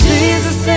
Jesus